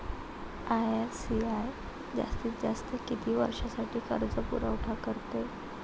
IFCI जास्तीत जास्त किती वर्षासाठी कर्जपुरवठा करते?